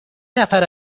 نفر